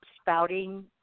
spouting